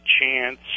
chance